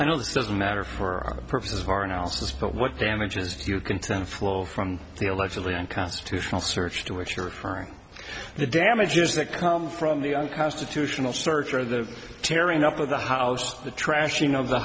i know that doesn't matter for the purposes of our analysis but what damages few content flow from the allegedly unconstitutional search to which you're referring the damages that come from the unconstitutional search or the tearing up of the house the trashing of the